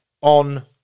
on